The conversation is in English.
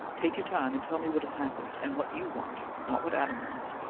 take your time and tell me what has happened, and what you want, not what adam wants.